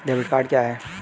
Debit card क्या है?